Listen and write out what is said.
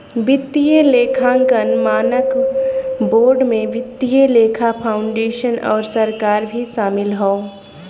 वित्तीय लेखांकन मानक बोर्ड में वित्तीय लेखा फाउंडेशन आउर सरकार भी शामिल हौ